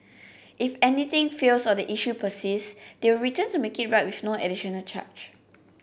if anything fails or the issue persist they will return to make it right with no additional charge